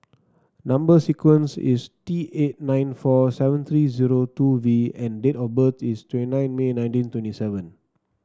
number sequence is T eight nine four seven three zero two V and date of birth is twenty nine May nineteen twenty seven